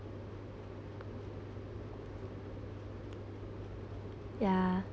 yeah